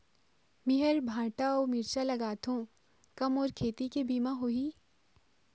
मेहर भांटा अऊ मिरचा लगाथो का मोर खेती के बीमा होही?